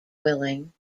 willing